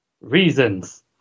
reasons